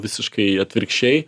visiškai atvirkščiai